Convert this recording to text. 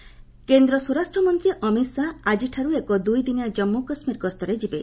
Amit Shah J K କେନ୍ଦ୍ର ସ୍ୱରାଷ୍ଟ୍ର ମନ୍ତ୍ରୀ ଅମିତ ଶାହା ଆଜିଠାରୁ ଏକ ଦୁଇଦିନିଆ ଜାମ୍ମୁ ଓ କାଶ୍ମୀର ଗସ୍ତରେ ଯିବେ